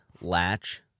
Latch